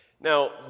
Now